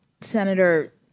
Senator